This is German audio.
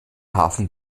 hafen